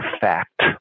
fact